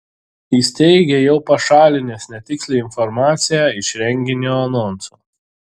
jis teigė jau pašalinęs netikslią informaciją iš renginio anonsų